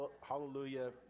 hallelujah